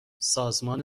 سازمان